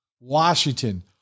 Washington